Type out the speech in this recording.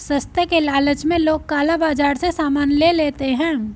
सस्ते के लालच में लोग काला बाजार से सामान ले लेते हैं